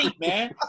man